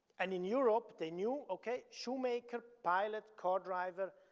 and in europe, they knew, okay, shoemaker, pilot, car driver,